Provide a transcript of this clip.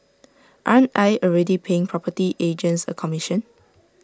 aren't I already paying property agents A commission